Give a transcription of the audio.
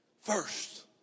first